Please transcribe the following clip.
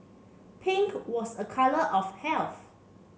pink was a colour of health